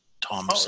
Tom